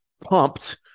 Pumped